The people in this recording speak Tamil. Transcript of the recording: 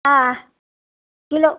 ஆ கிலோ